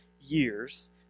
years